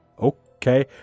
Okay